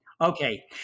Okay